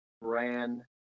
ran